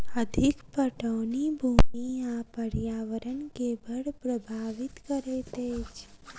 अधिक पटौनी भूमि आ पर्यावरण के बड़ प्रभावित करैत अछि